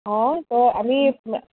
অঁ ত' আমি